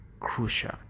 crucial